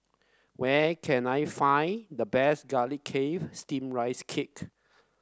where can I find the best garlic chive steamed Rice Cake